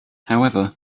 however